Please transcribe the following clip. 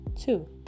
Two